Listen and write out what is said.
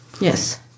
Yes